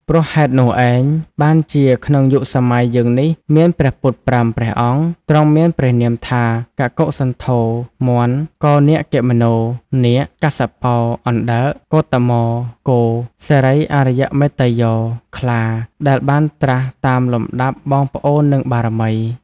ព្រោះហេតុនោះឯង បានជាក្នុងយុគសម័យយើងនេះ មានព្រះពុទ្ធ ៥ ព្រះអង្គ ទ្រង់មានព្រះនាមថា "កកុសន្ធោ (មាន់), កោនាគមនោ (នាគ), កស្សបោ (អណ្ដើក), គោតមោ (គោ), សិរីអារ្យមេត្តេយ្យោ (ខ្លា) ដែលបាន ត្រាស់តាមលំដាប់បងប្អូន និងបារមី។